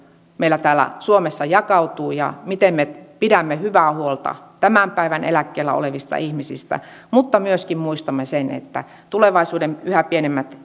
meillä täällä suomessa jakautuu ja miten me pidämme hyvää huolta tämän päivän eläkkeellä olevista ihmisistä mutta myöskin muistamme sen että tulevaisuuden yhä pienemmät